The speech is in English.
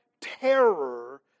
terror